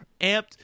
amped